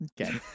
okay